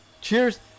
Cheers